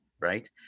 right